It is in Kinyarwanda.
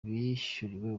bishyuriwe